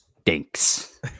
stinks